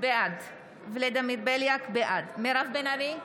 בעד מירב בן ארי,